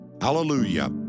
Hallelujah